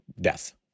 Death